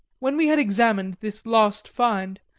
when we had examined this last find,